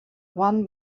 one